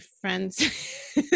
friends